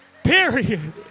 Period